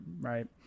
Right